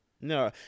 No